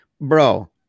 bro